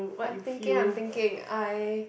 I'm thinking I'm thinking I